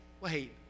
wait